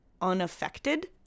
unaffected